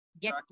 Get